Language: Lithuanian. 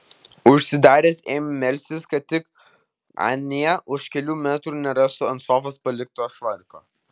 užsidaręs ėmė melstis kad tik anie už kelių metrų nerastų ant sofos palikto švarko